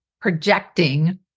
projecting